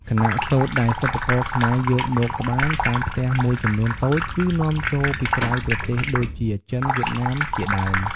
ខណៈសូត្រដែលសិប្បករខ្មែរយកមកត្បាញ តាមផ្ទះមួយចំនួនតូច គឺនាំចូលពីក្រៅប្រទេសដូចជាចិន វៀតណាម ជាដើម។